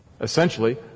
Essentially